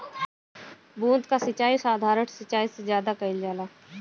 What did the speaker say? बूंद क सिचाई साधारण सिचाई से ज्यादा कईल जाला